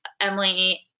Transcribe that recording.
Emily